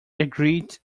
agreed